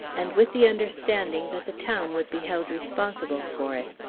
and with the understanding that the town would be held responsible for it.